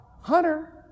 Hunter